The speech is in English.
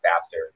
faster